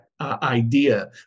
Idea